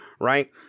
right